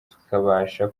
tukabasha